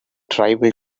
tribal